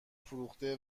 فروخته